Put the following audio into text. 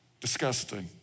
disgusting